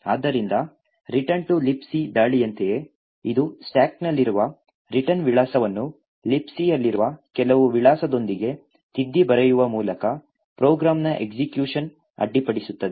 ಆದ್ದರಿಂದ return to libc ದಾಳಿಯಂತೆಯೇ ಇದು ಸ್ಟಾಕ್ನಲ್ಲಿರುವ ರಿಟರ್ನ್ ವಿಳಾಸವನ್ನು Libc ಯಲ್ಲಿರುವ ಕೆಲವು ವಿಳಾಸದೊಂದಿಗೆ ತಿದ್ದಿ ಬರೆಯುವ ಮೂಲಕ ಪ್ರೋಗ್ರಾಂನ ಎಸ್ಎಕ್ಯುಷನ್ ಅಡ್ಡಿಪಡಿಸುತ್ತದೆ